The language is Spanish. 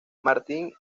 martin